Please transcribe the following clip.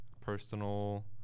personal